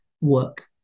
work